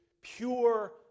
pure